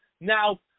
Now